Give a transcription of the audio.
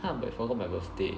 um I forgot my birthday